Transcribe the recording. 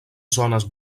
zones